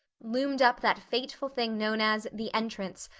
loomed up that fateful thing known as the entrance,